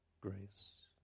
grace